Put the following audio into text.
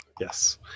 Yes